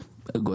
כמו,